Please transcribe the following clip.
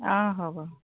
অঁ হ'ব